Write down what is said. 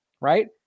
right